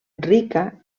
rica